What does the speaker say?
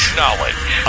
knowledge